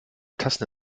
tassen